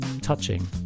touching